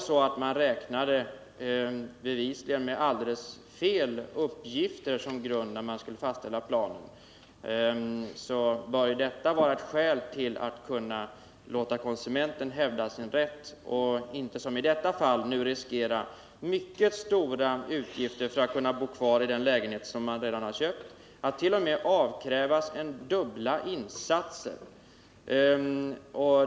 Hade man bevisligen alldeles felaktiga uppgifter som grund när man fastställde planen, borde konsumenten ha en möjlighet att hävda sin rätt och inte riskera mycket stora utgifter, ja, t.o.m. dubbel insats för att kunna bo kvar i den lägenhet som redan köpts.